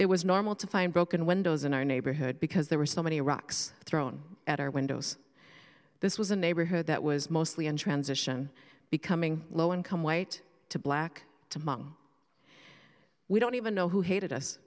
it was normal to find broken windows in our neighborhood because there were so many rocks thrown at our windows this was a neighborhood that was mostly in transition becoming low income white to black to mung we don't even know who hated us